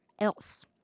else